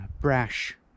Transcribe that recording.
brash